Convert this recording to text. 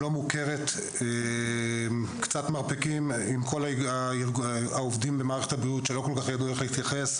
לא מוכרת לכל העובדים במערכת הבריאות שלא כל כך ידעו איך להתייחס,